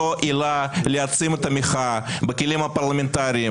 זו עילה להעצים את המחאה בכלים הפרלמנטריים